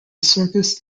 circus